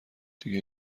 دیگه